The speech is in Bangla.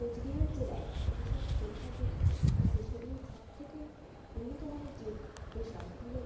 কোচবিহার জেলায় যেসব পেশাগুলি আছে সেগুলির সব থেকে উন্নত মানের যে পেশা সেটা হলো